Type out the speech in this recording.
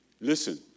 listen